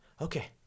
Okay